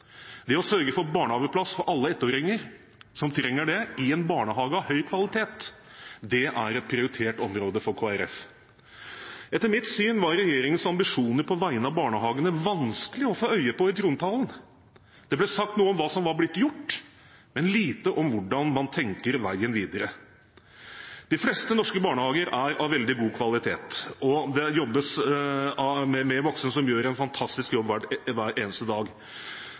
Det å sørge for barnehageplass for alle ettåringer som trenger det, i en barnehage av høy kvalitet, er et prioritert område for Kristelig Folkeparti. Etter mitt syn var regjeringens ambisjoner på vegne av barnehagene vanskelig å få øye på i trontalen. Det ble sagt noe om hva som er blitt gjort, men lite om hvordan man tenker veien videre. De fleste norske barnehager er av veldig god kvalitet, med voksne som gjør en fantastisk jobb hver eneste dag.